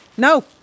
No